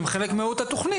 זהו חלק ממהות התכנית,